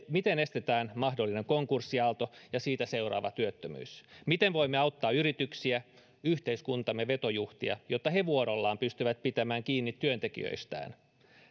miten estetään mahdollinen konkurssiaalto ja siitä seuraava työttömyys miten voimme auttaa yrityksiä yhteiskuntamme vetojuhtia jotta he vuorollaan pystyvät pitämään kiinni työntekijöistään